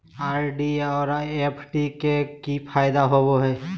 RD और FD के की फायदा होबो हइ?